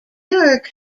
york